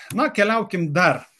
na keliaukim dar